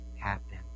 happen